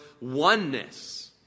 oneness